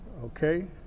okay